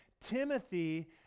Timothy